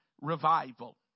revival